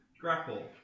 grapple